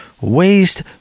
Waste